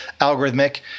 algorithmic